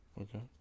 Okay